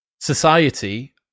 society